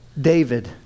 David